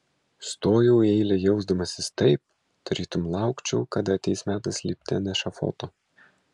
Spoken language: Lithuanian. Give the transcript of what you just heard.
stojau į eilę jausdamasis taip tarytum laukčiau kada ateis metas lipti ant ešafoto